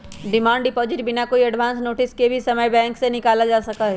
demand deposit बिना कोई advance notice के कोई भी समय बैंक से निकाल्ल जा सका हई